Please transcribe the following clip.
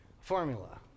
formula